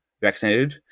vaccinated